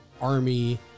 Army